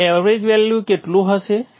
હવે average value કેટલું હશે